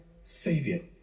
Savior